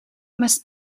must